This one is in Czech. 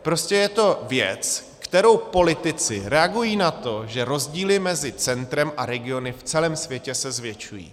Prostě je to věc, kterou politici reagují na to, že rozdíly mezi centrem a regiony v celém světě se zvětšují.